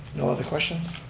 you know other questions.